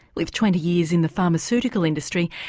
with twenty years in the pharmaceutical industry,